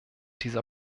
dieser